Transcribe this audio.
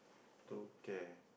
True Care